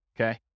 Okay